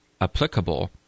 applicable